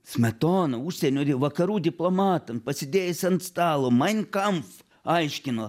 smetona užsienio vakarų diplomatam pasidėjęs ant stalo main kampf aiškino